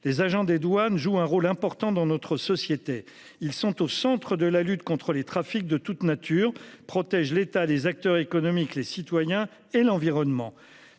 les agents des douanes joue un rôle important dans notre société. Ils sont au centre de la lutte contre les trafics de toute nature protège l'état des acteurs économiques, les citoyens et l'environnement.